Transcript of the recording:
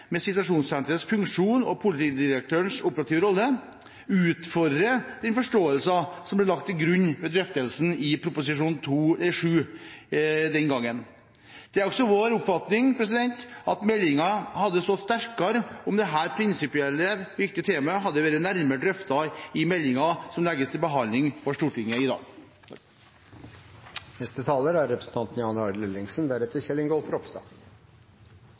med situasjonssenterets funksjon og politidirektørens operative rolle, utfordrer den forståelsen som ble lagt til grunn ved drøftelsen i Ot.prp. nr.7 den gangen. Det er også vår oppfatning at meldingen hadde stått sterkere om dette prinsipielt viktige temaet hadde vært nærmere drøftet i meldingen som ligger til behandling i Stortinget i dag. For min del er